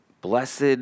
Blessed